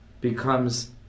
becomes